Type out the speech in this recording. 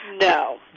No